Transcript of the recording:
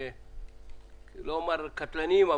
לא אומר לקטלניים,